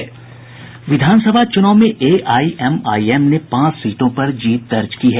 विधानसभा चूनाव में एआईएमआईएम ने पांच सीटों पर जीत दर्ज की है